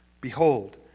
Behold